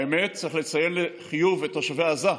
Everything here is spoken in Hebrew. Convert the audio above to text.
האמת, צריך לציין לחיוב את תושבי עזה,